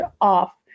off